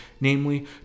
namely